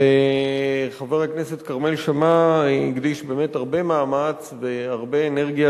וחבר הכנסת כרמל שאמה הקדיש באמת הרבה מאמץ והרבה אנרגיה,